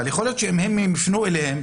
אבל יכול להיות שאם הם יפנו אליהם,